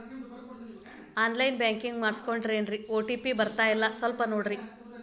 on line banking ಮಾಡಿಸ್ಕೊಂಡೇನ್ರಿ OTP ಬರ್ತಾಯಿಲ್ಲ ಸ್ವಲ್ಪ ನೋಡ್ರಿ